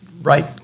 right